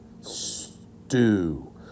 stew